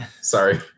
sorry